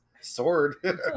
sword